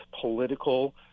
political